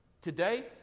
today